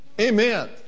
Amen